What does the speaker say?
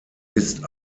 ist